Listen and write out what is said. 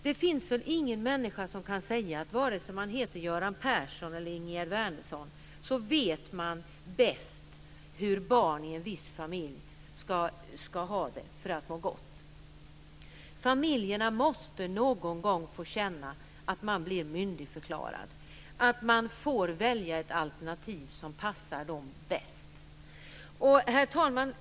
Det finns väl ingen människa, vare sig man heter Göran Persson eller Ingegerd Wärnersson, som kan säga att man vet bäst hur barn i en viss familj ska ha det för att må gott. Familjerna måste någon gång få känna att de blir myndigförklarade, att de får välja ett alternativ som passar dem bäst. Herr talman!